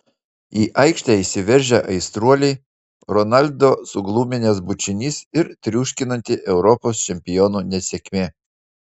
į aikštę įsiveržę aistruoliai ronaldo sugluminęs bučinys ir triuškinanti europos čempionų nesėkmė